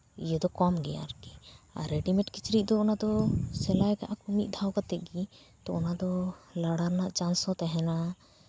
ᱤᱭᱟᱹ ᱫᱚ ᱠᱚᱢ ᱜᱮᱭᱟ ᱟᱨ ᱨᱮᱰᱤᱢᱮᱰ ᱠᱤᱪᱨᱤᱡ ᱫᱚ ᱚᱱᱟ ᱫᱚ ᱥᱮᱞᱟᱭ ᱠᱟᱜᱼᱟ ᱠᱚ ᱢᱤᱫ ᱫᱷᱟᱣ ᱠᱟᱛᱮᱜ ᱜᱮ ᱛᱳ ᱚᱱᱟ ᱫᱚ ᱞᱟᱲᱟ ᱨᱮᱱᱟᱜ ᱪᱟᱱᱥ ᱦᱚᱸ ᱛᱟᱦᱮᱱᱟ